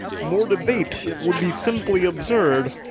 more debate would be simply absurd.